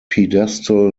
pedestal